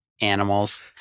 Animals